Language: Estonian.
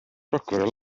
rakvere